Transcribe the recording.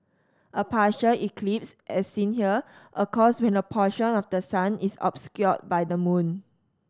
a partial eclipse as seen here occurs when a portion of the sun is obscured by the moon